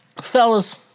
fellas